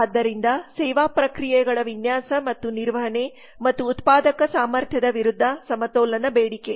ಆದ್ದರಿಂದ ಸೇವಾ ಪ್ರಕ್ರಿಯೆಗಳ ವಿನ್ಯಾಸ ಮತ್ತು ನಿರ್ವಹಣೆ ಮತ್ತು ಉತ್ಪಾದಕ ಸಾಮರ್ಥ್ಯದ ವಿರುದ್ಧ ಸಮತೋಲನ ಬೇಡಿಕೆ